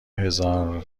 هرازگاهی